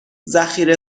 ذخیره